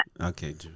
Okay